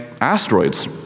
asteroids